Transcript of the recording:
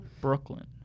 brooklyn